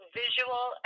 visual